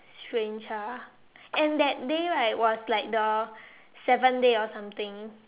strange ah and that day right was like the seventh day or something